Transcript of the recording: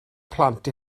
plant